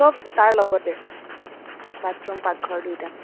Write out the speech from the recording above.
চব তাৰ লগতে বাথৰূম পাকঘৰ দুইটা